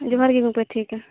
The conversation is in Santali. ᱡᱚᱦᱟᱨ ᱜᱮ ᱜᱚᱢᱠᱮ ᱴᱷᱤᱠ ᱜᱮᱭᱟ